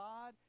God